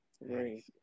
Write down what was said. Right